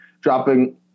dropping